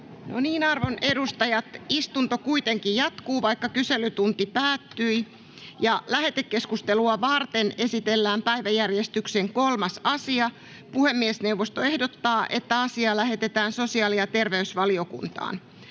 toimintakertomus vuodelta 2022 Time: N/A Content: Lähetekeskustelua varten esitellään päiväjärjestyksen 3. asia. Puhemiesneuvosto ehdottaa, että asia lähetetään sosiaali- ja terveysvaliokuntaan.